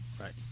Right